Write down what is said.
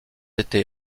été